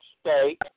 state